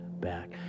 back